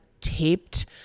taped